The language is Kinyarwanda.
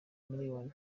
miliyoni